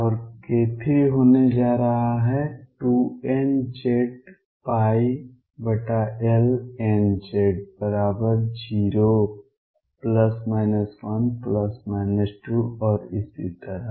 और k3 होने जा रहा है 2nzL nz0±1±2 और इसी तरह